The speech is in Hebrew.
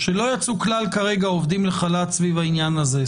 לא יצאו כלל כרגע עובדים לחל"ת סביב העניין הזה?